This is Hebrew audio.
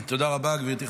תודה רבה, גברתי.